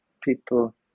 people